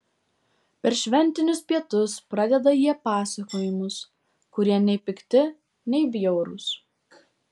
per šventinius pietus pradeda jie pasakojimus kurie nei pikti nei bjaurūs